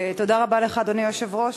תודה רבה לך, אדוני היושב-ראש.